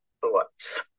thoughts